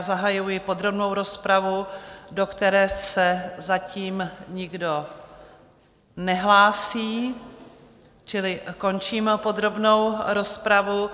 Zahajuji podrobnou rozpravu, do které se zatím nikdo nehlásí, čili končím podrobnou rozpravu.